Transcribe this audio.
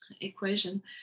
equation